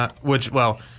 which—well